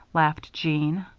laughed jeanne.